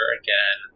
again